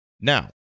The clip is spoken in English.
Now